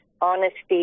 honesty